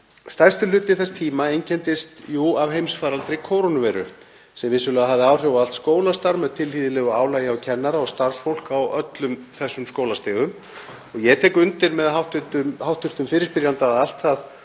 Stærstur hluti þessa tíma einkenndist jú af heimsfaraldri kórónuveiru sem vissulega hafði áhrif á allt skólastarf með tilheyrandi álagi á kennara og starfsfólk á öllum þessum skólastigum og ég tek undir með hv. fyrirspyrjanda að allt það